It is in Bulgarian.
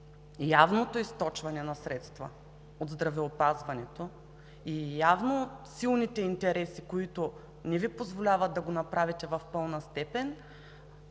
явното източване на средства от здравеопазването и явно от силните интереси, които не Ви позволяват да го направите в пълна степен,